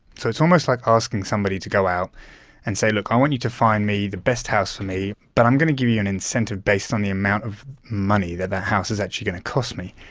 so it's almost like asking somebody to go out and say, look, i want you to find me the best house for me, but i'm going to give you an incentive based on the amount of money that that house is actually going to cost me.